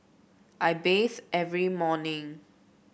I bathe every morning